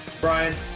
brian